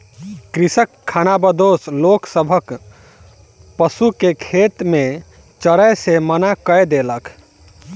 कृषक खानाबदोश लोक सभक पशु के खेत में चरै से मना कय देलक